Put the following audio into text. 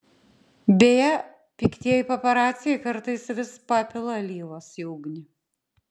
beje piktieji paparaciai kartais vis papila alyvos į ugnį